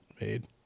made